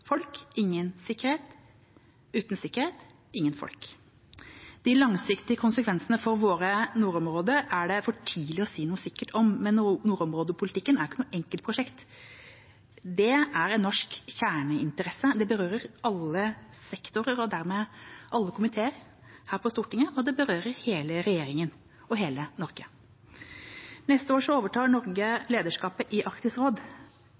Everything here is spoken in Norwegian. folk, ingen sikkerhet; uten sikkerhet, ingen folk. De langsiktige konsekvensene for våre nordområder er det for tidlig å si noe sikkert om, men nordområdepolitikken er ikke noe enkeltprosjekt. Det er en norsk kjerneinteresse. Det berører alle sektorer og dermed alle komiteer her på Stortinget, og det berører hele regjeringa og hele Norge. Neste år overtar Norge lederskapet i Arktisk råd.